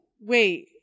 wait